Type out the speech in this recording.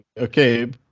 okay